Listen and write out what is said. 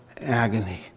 agony